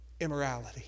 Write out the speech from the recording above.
immorality